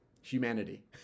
humanity